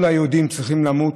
כל היהודים צריכים למות,